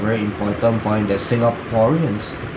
very important point that singaporeans